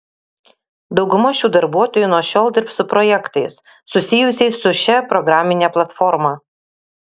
dauguma šių darbuotojų nuo šiol dirbs su projektais susijusiais su šia programine platforma